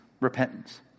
Repentance